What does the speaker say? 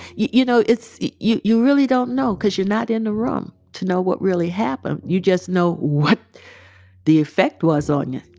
you you know, it's you you really don't know because you're not in the room to know what really happened. you just know what the effect was on you.